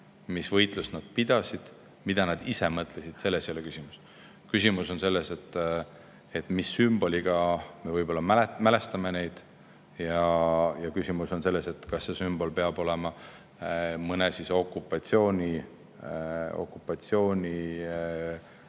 mis võitlust nad pidasid, mida nad ise mõtlesid. Selles ei ole küsimus. Küsimus on selles, mis sümboliga me neid mälestame, ja küsimus on selles, kas see sümbol peab olema mõne okupatsioonirežiimi